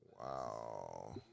Wow